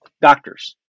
doctors